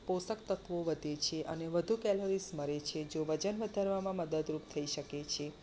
પોષક તત્વો વધે છે અને વધુ કેલરીઝ મળે છે જો વજન વધારવામાં મદદરૂપ થઈ શકે છે